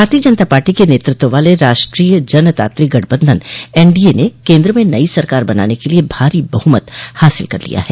भारतीय जनता पार्टी के नेतृत्व वाले राष्ट्रीय जनतांत्रिक गठबंधन एनडीए ने केन्द्र में नई सरकार बनाने के लिए भारी बहुमत हासिल कर लिया है